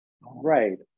right